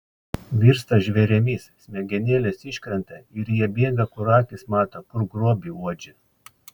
virsta žvėrimis smegenėlės iškrenta ir jie bėga kur akys mato kur grobį uodžia